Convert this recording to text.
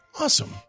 awesome